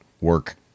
work